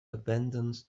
abandons